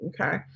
Okay